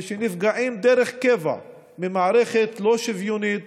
ושנפגעים דרך קבע ממערכת לא שוויונית